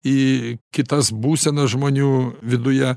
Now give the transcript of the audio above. į kitas būsenas žmonių viduje